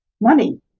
Money